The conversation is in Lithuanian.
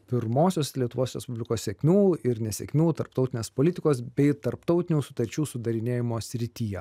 pirmosios lietuvos respublikos sėkmių ir nesėkmių tarptautinės politikos bei tarptautinių sutarčių sudarinėjimo srityje